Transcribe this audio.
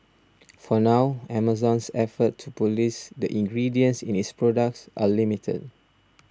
for now Amazon's efforts to police the ingredients in its products are limited